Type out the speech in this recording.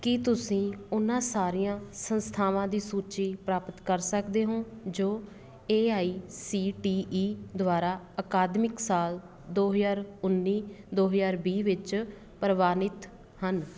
ਕੀ ਤੁਸੀਂ ਉਹਨਾਂ ਸਾਰੀਆਂ ਸੰਸਥਾਵਾਂ ਦੀ ਸੂਚੀ ਪ੍ਰਾਪਤ ਕਰ ਸਕਦੇ ਹੋ ਜੋ A I C T E ਦੁਆਰਾ ਅਕਾਦਮਿਕ ਸਾਲ ਦੋ ਹਜ਼ਾਰ ਉੱਨੀ ਦੋ ਹਜ਼ਾਰ ਵੀਹ ਵਿੱਚ ਪ੍ਰਵਾਨਿਤ ਹਨ